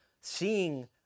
Seeing